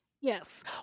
Yes